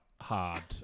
hard